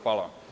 Hvala vam.